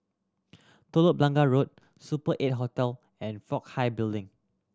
Telok Blangah Road Super Eight Hotel and Fook Hai Building